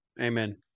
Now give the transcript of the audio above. Amen